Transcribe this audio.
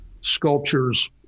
sculptures